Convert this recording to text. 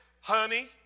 honey